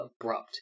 abrupt